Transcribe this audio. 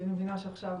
אני מבינה שעכשיו